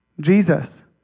Jesus